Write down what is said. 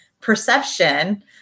perception